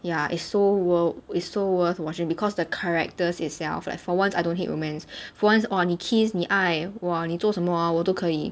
ya is so wor~ is so worth watching because the characters itself like for once I don't hate romance for once orh 你 kiss 你爱 !wah! 你做什么啊我都可以